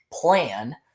plan